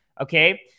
okay